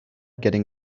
getting